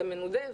מנודה,